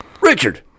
Richard